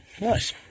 Nice